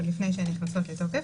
עוד לפני שהן נכנסות לתוקף.